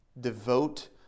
Devote